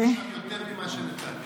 אני קיבלתי שם יותר ממה שנתתי.